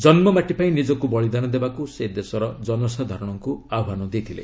ଜନ୍ମାଟି ପାଇଁ ନିଜକୁ ବଳିଦାନ ଦେବାକୁ ସେ ଦେଶର ଜନସାଧାରଣଙ୍କୁ ଆହ୍ୱାନ ଦେଇଥିଲେ